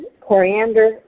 coriander